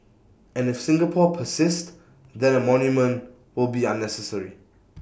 and if Singapore persists then A monument will be unnecessary